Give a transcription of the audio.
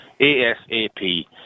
ASAP